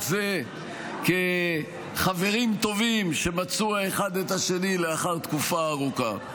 זה כחברים טובים שמצאו האחד את השני לאחר תקופה ארוכה.